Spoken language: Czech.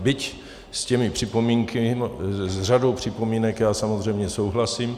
Byť s těmi připomínkami, s řadou připomínek já samozřejmě souhlasím.